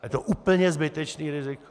Je to úplně zbytečné riziko.